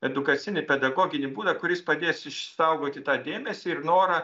edukacinį pedagoginį būdą kuris padės išsaugoti tą dėmesį ir norą